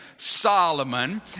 Solomon